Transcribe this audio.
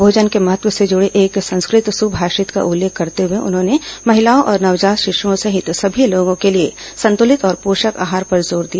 भोजन के महत्व से जुड़े एक संस्कृत सुमाषित का उल्लेख करते हुए उन्होंने महिलाओं और नवजात शिशुओं सहित सभी लोगों के लिए संतुलित और पोषक आहार पर जोर दिया